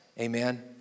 Amen